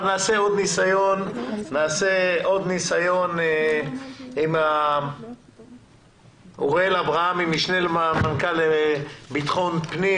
נעשה עוד ניסיון לשמוע את המשנה למשרד לביטחון פנים.